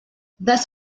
thus